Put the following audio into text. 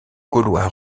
gaulois